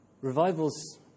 Revivals